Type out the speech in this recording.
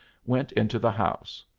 went into the house.